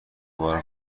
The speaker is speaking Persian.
باور